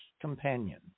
companion